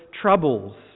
troubles